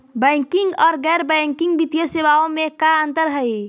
Banking और गैर banking वित्तीय सेवाओं में का अंतर हइ?